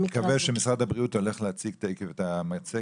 משרד הבריאות הולך להציג את המצגת,